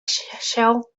sell